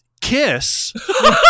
Kiss